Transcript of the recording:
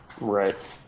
Right